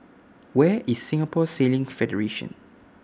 Where IS Singapore Sailing Federation